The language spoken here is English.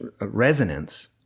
resonance